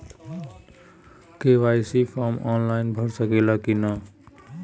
KYC form online भरा सकला की ना?